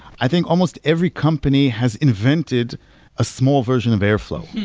i think almost every company has invented a small version of airflow.